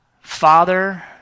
father